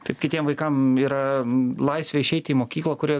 taip kitiem vaikam yra laisvė išeiti į mokyklą kurie